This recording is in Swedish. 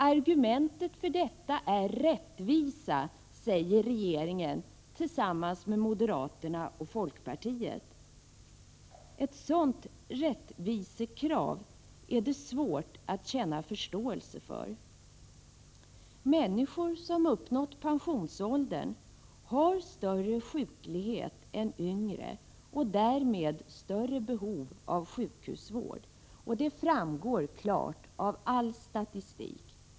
Argumentet för detta är rättvisan, säger regeringen tillsammans med moderaterna och folkpartiet. Ett sådant rättvisekrav är det svårt att känna förståelse för. Människor som uppnått pensionsåldern har större sjuklighet än yngre och därmed större behov av sjukhusvård; det framgår klart av all statistik.